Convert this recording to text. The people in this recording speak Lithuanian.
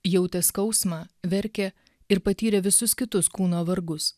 jautė skausmą verkė ir patyrė visus kitus kūno vargus